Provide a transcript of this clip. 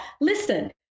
Listen